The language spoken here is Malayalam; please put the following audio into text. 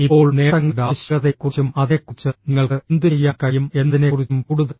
ഇപ്പോൾ നേട്ടങ്ങളുടെ ആവശ്യകതയെക്കുറിച്ചും അതിനെക്കുറിച്ച് നിങ്ങൾക്ക് എന്തുചെയ്യാൻ കഴിയും എന്നതിനെക്കുറിച്ചും കൂടുതൽ